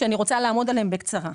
ואני רוצה לעמוד עליהם בקצרה.